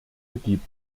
begibt